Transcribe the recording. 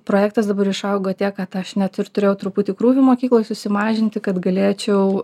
projektas dabar išaugo tiek kad aš net ir turėjau truputį krūvį mokykloj susimažinti kad galėčiau